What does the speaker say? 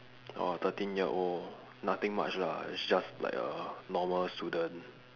orh thirteen year old nothing much lah it's just like a normal student